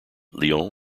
lyon